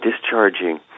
discharging